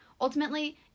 Ultimately